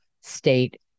state